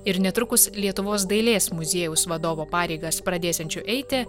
ir netrukus lietuvos dailės muziejaus vadovo pareigas pradėsiančiu eiti